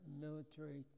military